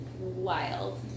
wild